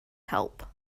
help